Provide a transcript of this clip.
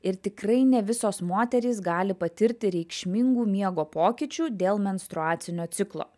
ir tikrai ne visos moterys gali patirti reikšmingų miego pokyčių dėl menstruacinio ciklo